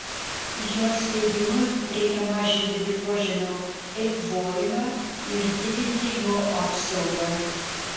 jos teigimu reikia mažinti dirvožemio eikvojimą ir didinti jo apsaugą